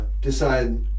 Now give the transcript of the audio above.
decide